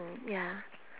mm ya